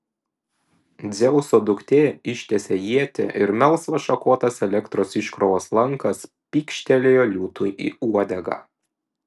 dzeuso duktė ištiesė ietį ir melsvas šakotas elektros iškrovos lankas pykštelėjo liūtui į uodegą